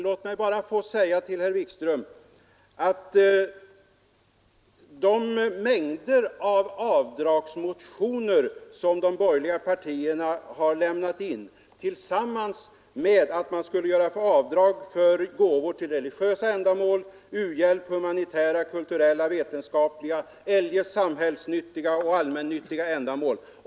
Låt mig bara få påminna herr Wikström om de mängder av avdragsmotioner som de borgerliga ledamöterna har lämnat in förutom de motioner som handlar om avdrag för gåvor till religiösa ändamål, till u-hjälp och andra humanitära, kulturella, vetenskapliga eller eljest allmännyttiga ändamål.